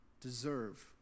deserve